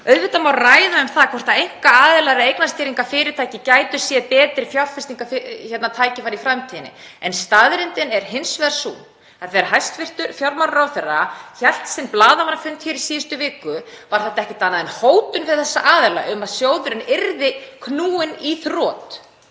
Auðvitað má ræða hvort einkaaðilar eða eignastýringarfyrirtæki gætu séð betri fjárfestingartækifæri í framtíðinni. Staðreyndin er hins vegar sú að þegar hæstv. fjármálaráðherra hélt sinn blaðamannafund í síðustu viku var þetta ekkert annað en hótun við þessa aðila um að sjóðurinn yrði knúinn í þrot